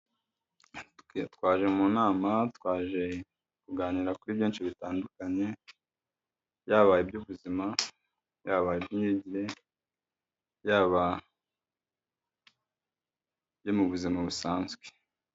Twaje mu nama, twaje kuganira kuri byinshi bitandukanye yaba iby'ubuzima, yaba iby'imyigire yaba ibyo mu buzima busanzwe.